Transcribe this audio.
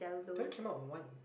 they only came out with one